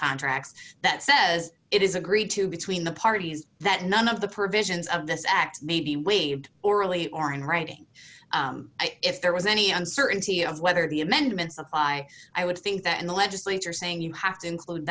contracts that says it is agreed to between the parties that none of the provisions of this act may be waived orally or in writing if there was any uncertainty of whether the amendments apply i would think that in the legislature saying you have to include